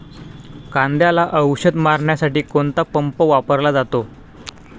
कांद्याला औषध मारण्यासाठी कोणता पंप वापरला जातो?